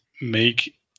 make